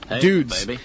dudes